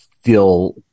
feel